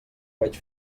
vaig